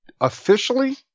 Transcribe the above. officially